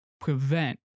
prevent